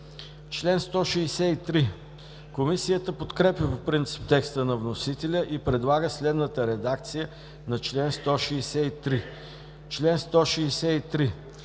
прилага.“ Комисията подкрепя по принцип текста на вносителя и предлага следната редакция на чл. 163: „Чл. 163.